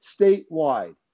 statewide